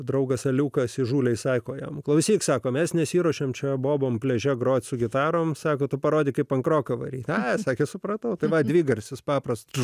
draugas aliukas įžūliai sako jam klausyk sako mes nesiruošėme čia bobom pliaže groti su gitarom sako tu parodyk kaip pankroko varyta sakė supratau tai va dvigarsis paprastų